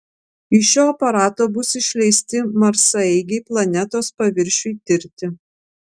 iš šio aparato bus išleisti marsaeigiai planetos paviršiui tirti